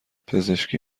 پزشکی